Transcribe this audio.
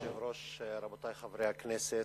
כבוד היושב-ראש, רבותי חברי הכנסת,